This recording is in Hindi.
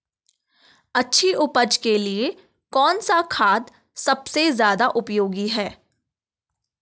अच्छी उपज के लिए कौन सा खाद सबसे ज़्यादा उपयोगी है?